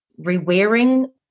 rewearing